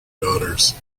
daughters